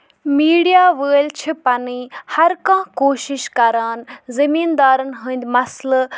media وٲلۍ چھِ پَنٕنۍ ہر کانہہ کوٗشِش کران زٔمیٖن دارن ہٕنٛدۍ مَسلہٕ